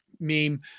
meme